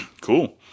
Cool